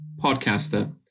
podcaster